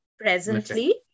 Presently